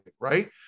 right